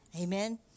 Amen